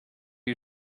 you